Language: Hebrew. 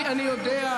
אני יודע,